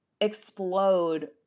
explode